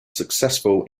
successful